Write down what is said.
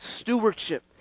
stewardship